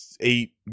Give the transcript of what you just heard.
eight